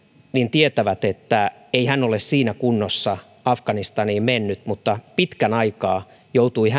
tietävät että ei hän ole siinä kunnossa afganistaniin mennyt mutta pitkän aikaa hän joutui